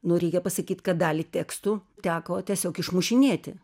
nu reikia pasakyt kad dalį tekstų teko tiesiog išmušinėti